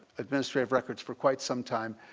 administrative records for quite some time.